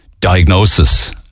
diagnosis